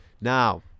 Now